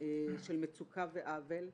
של מצוקה ועוול.